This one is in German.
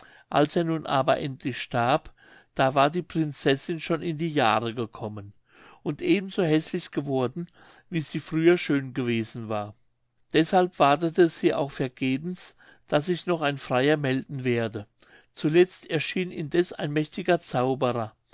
als er nun aber endlich starb da war die prinzessin schon in die jahre gekommen und eben so häßlich geworden wie sie früher schön gewesen war deshalb wartete sie auch vergebens daß sich noch ein freier melden werde zuletzt erschien indeß ein mächtiger zauberer